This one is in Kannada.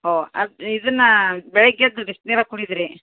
ಓ ಅದು ಇದನ್ನ ಬೆಳಿಗ್ಗೆದ್ದು ಬಿಸ್ನೀರಾಗೆ ಕುಡಿದು ರೀ